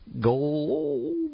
Gold